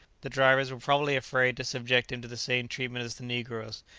the drivers were probably afraid to subject him to the same treatment as the negroes,